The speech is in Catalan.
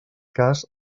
cas